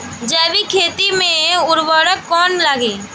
जैविक खेती मे उर्वरक कौन लागी?